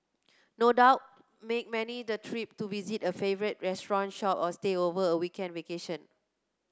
no doubt make many the trip to visit a favourite restaurant shop or stay over a weekend vacation